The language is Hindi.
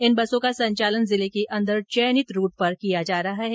इन बसों का संचालन जिले के अन्दर चयनित रूट पर किया जा रहा है